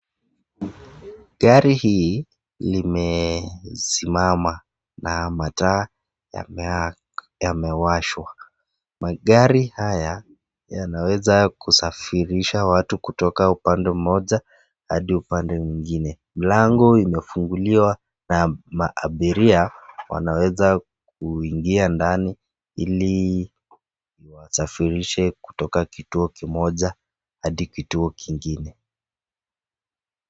Gari hii limesimama na mataa yamewashwa. Magari haya yanaweza kusafirisha watu kutoka upande mmoja hadi upande mwingine. Mlango imefunguliwa na abiria wanaweza kuingia ndani ili iwasifirishe kutoka kituo kimoja hadi kituo kingine.